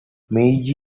meiji